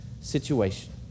situation